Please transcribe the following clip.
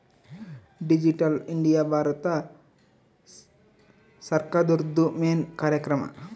digital India Bharat ಸರ್ಕಾರ್ದೊರ್ದು main ಕಾರ್ಯಕ್ರಮ